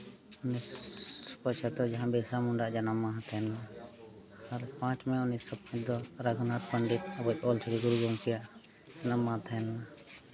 ᱩᱱᱤᱥᱥᱚ ᱯᱚᱪᱟᱛᱛᱳᱨ ᱡᱟᱦᱟᱸ ᱵᱤᱨᱥᱟ ᱢᱩᱱᱰᱟᱣᱟᱜ ᱡᱟᱱᱟᱢ ᱢᱟᱦᱟ ᱛᱟᱦᱮᱸ ᱞᱮᱱᱟ ᱟᱨ ᱯᱟᱸᱪ ᱢᱮ ᱩᱱᱤᱥᱥᱚ ᱯᱟᱸᱪ ᱫᱚ ᱨᱟᱹᱜᱷᱩᱱᱟᱛ ᱯᱚᱱᱰᱤᱛ ᱚᱞ ᱪᱤᱠᱤ ᱜᱩᱨᱩ ᱜᱚᱢᱠᱮᱭᱟᱜ ᱡᱟᱱᱟᱢ ᱢᱟᱦᱟ ᱛᱟᱦᱮᱸ ᱠᱟᱱᱟ